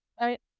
Right